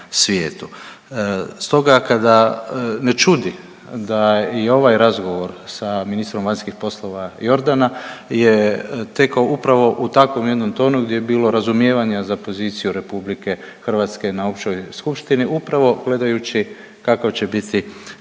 Stoga kada ne čudi da i ovaj razgovor sa ministrom vanjskih poslova Jordana je tekao upravo u takvom jednom tonu gdje je bilo razumijevanja za poziciju RH na Općoj skupštini upravo gledajući kakav će biti